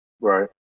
Right